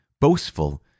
boastful